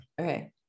Okay